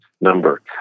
number